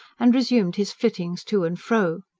and resumed his flittings to and fro.